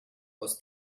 aus